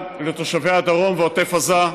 זו שבצפון ובדרום, וקירבנו אותה למרכז,